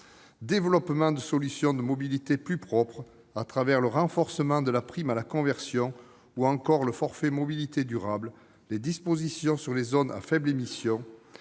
développement de solutions de mobilité plus propres, avec le renforcement de la prime à la conversion, le forfait mobilité durable, les dispositions sur les zones à faible émission,